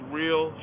real